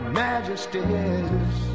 majesties